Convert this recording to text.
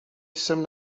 jsem